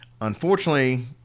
Unfortunately